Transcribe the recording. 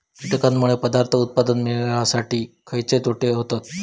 कीटकांनमुळे पदार्थ उत्पादन मिळासाठी खयचे तोटे होतत?